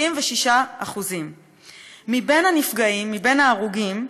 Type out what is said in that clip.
76%. מבין הנפגעים, מבין ההרוגים,